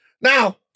Now